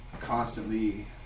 constantly